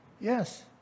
yes